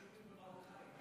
אני מקבל פה שיעורים במרוקאית.